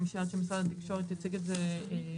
אני משערת שמשרד התקשורת יציג את זה.